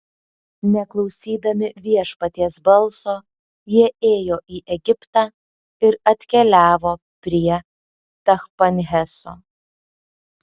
neklausydami viešpaties balso jie ėjo į egiptą ir atkeliavo prie tachpanheso